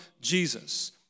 Jesus